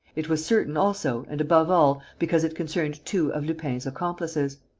it was certain, also and above all, because it concerned two of lupin's accomplices.